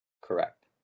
Correct